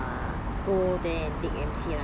uh go there and take M_C